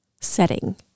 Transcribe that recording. setting